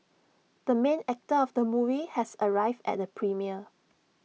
the main actor of the movie has arrived at the premiere